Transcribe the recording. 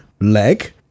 leg